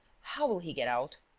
how will he get out.